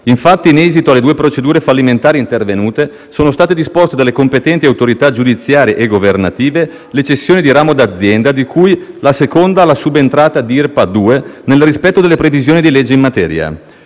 Infatti, in esito alle due procedure fallimentari intervenute, sono state disposte dalle competenti autorità giudiziarie e governative le cessioni di ramo d'azienda, di cui la seconda alla subentrata Dirpa 2, nel rispetto delle previsioni di legge in materia.